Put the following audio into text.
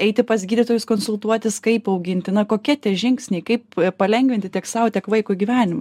eiti pas gydytojus konsultuotis kaip augintina kokie tie žingsniai kaip palengvinti tiek sau tiek vaiko gyvenimą